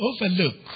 overlook